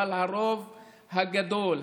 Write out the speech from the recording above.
אבל ברוב הגדול,